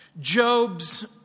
Job's